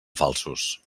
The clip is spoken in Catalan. falsos